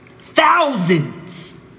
Thousands